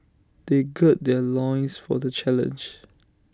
they gird their loins for the challenge